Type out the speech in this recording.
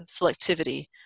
selectivity